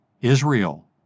Israel